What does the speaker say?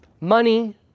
money